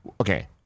Okay